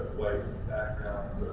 white backgrounds